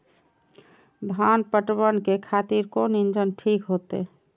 धान पटवन के खातिर कोन इंजन ठीक होते?